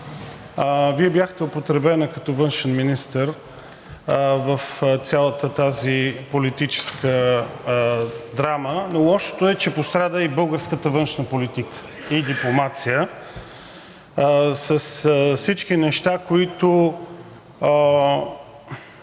Вие бяхте употребена като външен министър в цялата тази политическа драма, но лошото е, че пострада и българската външна политика и дипломация с всички неща, които